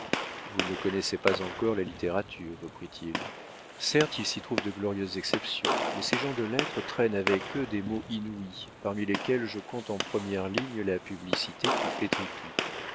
vous ne connaissez pas encore la littérature reprit-il certes il s'y trouve de glorieuses exceptions mais ces gens de lettres traînent avec eux des maux inouïs parmi lesquels je compte en première ligne la publicité qui flétrit tout